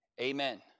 amen